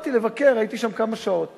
באתי לבקר, הייתי שם כמה שעות